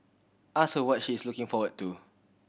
ask her what she is looking forward to